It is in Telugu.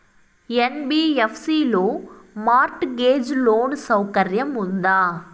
యన్.బి.యఫ్.సి లో మార్ట్ గేజ్ లోను సౌకర్యం ఉందా?